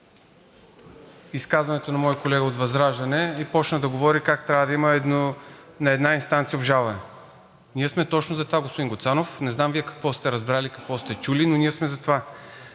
изказването на моя колега от ВЪЗРАЖДАНЕ и почна да говори как трябва да има на една инстанция обжалване. Ние сме точно за това, господин Гуцанов. Не знам Вие какво сте разбрали, какво сте чули, но ние сме за това.